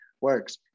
works